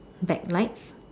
backlights